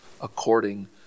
according